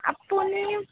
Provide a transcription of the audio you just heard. আপুনি